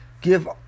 Give